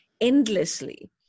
endlessly